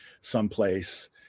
someplace